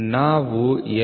ನಾವು L